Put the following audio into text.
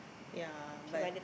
ya but